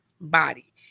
body